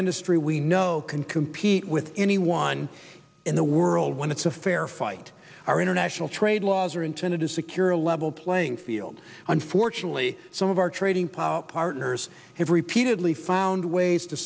industry we know can compete with anyone in the world when it's a fair fight our international trade laws are intended to secure a level playing field unfortunately some of our trading power partners have repeatedly found ways to